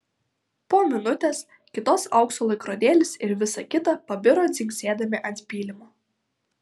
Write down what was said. po minutės kitos aukso laikrodėlis ir visa kita pabiro dzingsėdami ant pylimo